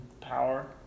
power